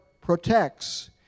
protects